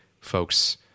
folks